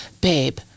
babe